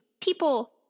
people